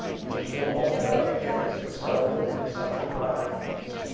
whose thorn doth pierce the soul in subtle wise.